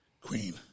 Queen